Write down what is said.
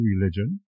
religion